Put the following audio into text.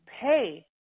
pay